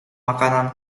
makanan